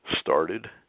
started